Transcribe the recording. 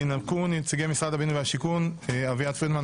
ינמקו נציגי משרד הבינוי והשיכון אביעד פרידמן,